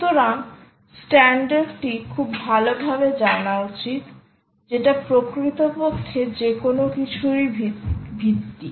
সুতরাং স্ট্যান্ডার্ড টি খুব ভালভাবে জানা উচিত যেটা প্রকৃতপক্ষে যে কোনও কিছুর ভিত্তি